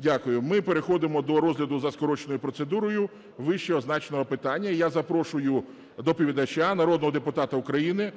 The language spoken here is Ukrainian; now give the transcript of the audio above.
Дякую. Ми переходимо до розгляду за скороченою процедурою вищезазначеного питання. І я запрошую доповідача - народного депутата України